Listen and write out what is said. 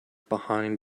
behind